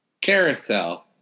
Carousel